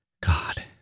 God